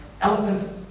Elephant's